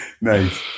Nice